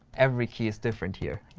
every key is different here.